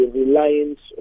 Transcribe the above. reliance